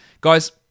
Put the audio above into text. Guys